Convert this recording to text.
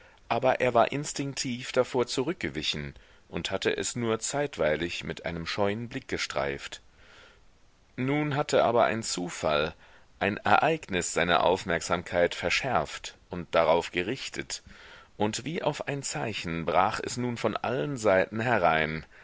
aber er war instinktiv davor zurückgewichen und hatte es nur zeitweilig mit einem scheuen blick gestreift nun aber hatte ein zufall ein ereignis seine aufmerksamkeit verschärft und darauf gerichtet und wie auf ein zeichen brach es nun von allen seiten herein